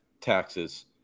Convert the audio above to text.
taxes